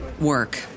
work